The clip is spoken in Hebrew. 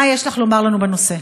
מה יש לך לומר לנו בנושא?